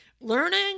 learning